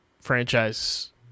franchise